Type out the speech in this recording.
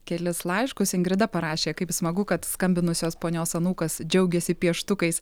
kelis laiškus ingrida parašė kaip smagu kad skambinusios ponios anūkas džiaugėsi pieštukais